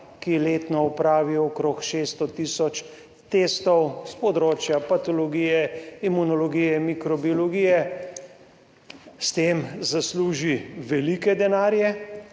ki letno opravi okrog 600 tisoč testov s področja patologije, imunologije, mikrobiologije, s tem zasluži veliko denarja,